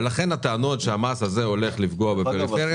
לכן הטענות שהמס הזה הולך לפגוע בפריפריה